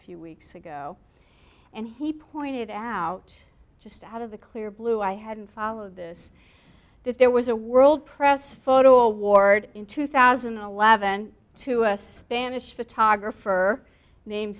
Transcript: few weeks ago and he pointed out just out of the clear blue i hadn't followed this that there was a world press photo award in two thousand and eleven to a spanish photographer named